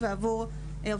עבורנו,